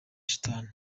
shitani